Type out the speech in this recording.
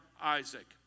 Isaac